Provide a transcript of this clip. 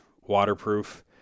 waterproof